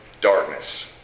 darkness